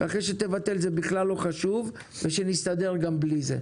ואחרי שתבטל זה בכלל לא חשוב ונסתדר גם בלי זה.